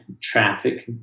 traffic